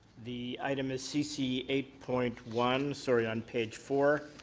the item is c c eight point one, sorry on page four.